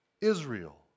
Israel